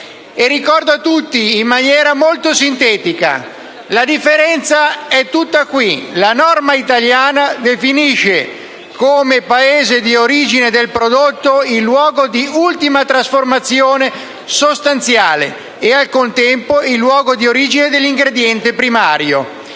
Ricordo a tutti in maniera molto sintetica che la differenza è tutta qui: la norma italiana definisce come Paese di origine del prodotto il luogo di ultima trasformazione sostanziale e, al contempo, il luogo di origine dell'ingrediente primario;